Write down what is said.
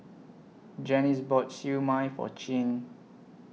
Janice bought Siew Mai For Chin